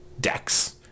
decks